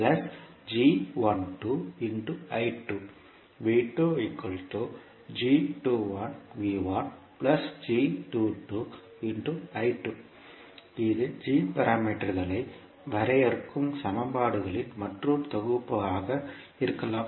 இது g பாராமீட்டர்களை வரையறுக்கும் சமன்பாடுகளின் மற்றொரு தொகுப்பாக இருக்கலாம்